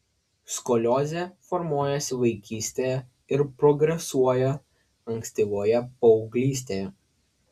skoliozė formuojasi vaikystėje ir progresuoja ankstyvoje paauglystėje